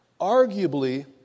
Arguably